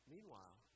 Meanwhile